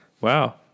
Wow